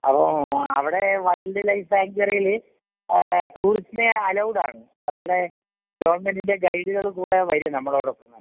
അപ്പം അവിടെ wildlife സാങ്ച്വറിയിൽ ടൂറിസ്റ്റിനെ അലൗഡ് ആണ് അവരുടെ ഗവൺമെൻ്റിൻ്റെ ഗൈഡുകൾ കൂടെ വരും നമ്മളോടൊപ്പം തന്നെ